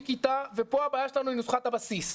כיתה ופה הבעיה שלנו היא נוסחת הבסיס.